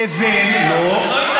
לבין חוק,